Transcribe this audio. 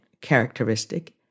characteristic